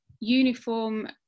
uniform